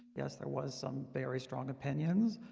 yes. there was some very strong opinions